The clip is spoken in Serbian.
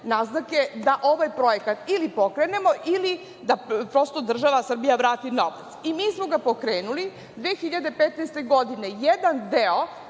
naznake da ovaj projekat ili pokrenemo ili da država Srbija vrati novac. Mi smo ga pokrenuli. Godine 2015. jedan deo